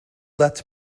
that